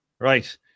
right